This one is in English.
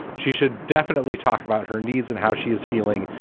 she should definitely talk about her needs and how she is feeling.